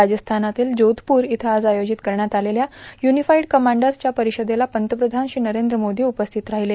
राजस्थानातील जोधपूर इथं आज आयोजित करण्यात आलेल्या युनिफाईड कमांडर्स च्या परिषदेला पंतप्रधान श्री नरेंद्र मोदी उपस्थित राहिले